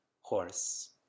horse